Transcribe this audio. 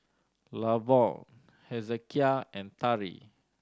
Lavon Hezekiah and Tari